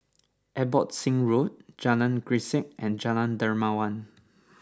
Abbotsingh Road Jalan Grisek and Jalan Dermawan